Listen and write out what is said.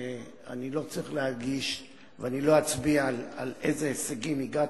אני לא צריך להדגיש ואני לא אצביע על ההישגים שהגעתי,